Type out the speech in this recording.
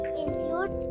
include